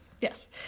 Yes